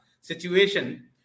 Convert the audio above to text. situation